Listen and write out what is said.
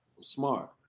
Smart